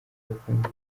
ubukungu